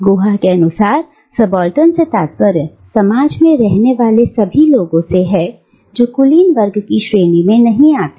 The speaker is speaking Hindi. गुहा के अनुसार सबाल्टर्न से तात्पर्य समाज में रहने वाले सभी लोगों से है जो कुलीन वर्ग की श्रेणी में नहीं आते